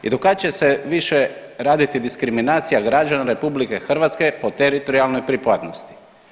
I dok kad će se više raditi diskriminacija građana RH po teritorijalnoj pripadnosti?